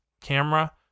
Camera